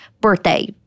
birthday